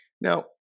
Now